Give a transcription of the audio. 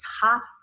top